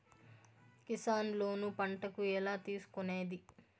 Kisan loan పంటలకు ఎలా తీసుకొనేది?